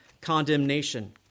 condemnation